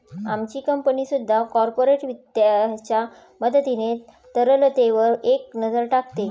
आमची कंपनी सुद्धा कॉर्पोरेट वित्ताच्या मदतीने तरलतेवर एक नजर टाकते